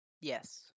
Yes